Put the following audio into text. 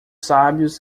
sábios